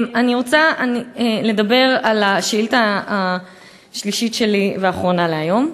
אני רוצה להציג את השאילתה השלישית והאחרונה שלי להיום,